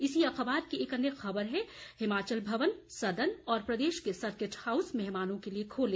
इसी अखबार की एक अन्य खबर है हिमाचल भवन सदन और प्रदेश के सर्किट हाउस मेहमानों के लिए खोले